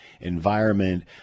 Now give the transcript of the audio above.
environment